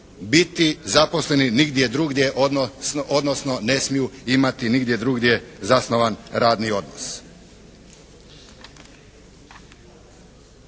biti zaposleni nigdje drugdje, odnosno ne smiju imati nigdje drugdje radni odnos.